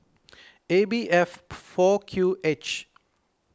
A B F four Q H